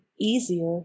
easier